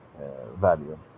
value